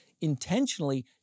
intentionally